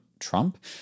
Trump